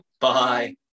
Bye